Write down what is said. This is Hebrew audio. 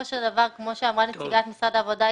של דבר כמו שאמרה נציגת משרד העבודה,